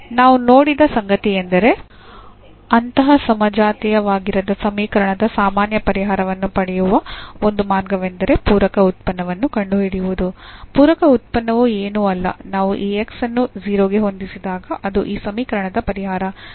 ನಾವು ನೋಡಿದ ಸಂಗತಿಯೆಂದರೆ ಅಂತಹ ಸಮಜಾತೀಯವಾಗಿರದ ಸಮೀಕರಣದ ಸಾಮಾನ್ಯ ಪರಿಹಾರವನ್ನು ಪಡೆಯುವ ಒಂದು ಮಾರ್ಗವೆಂದರೆ ಪೂರಕ ಉತ್ಪನ್ನವನ್ನು ಕಂಡುಹಿಡಿಯುವುದು ಪೂರಕ ಉತ್ಪನ್ನವು ಏನೂ ಅಲ್ಲ ನಾವು ಈ X ಅನ್ನು 0 ಗೆ ಹೊಂದಿಸಿದಾಗ ಅದು ಈ ಸಮೀಕರಣದ ಪರಿಹಾರ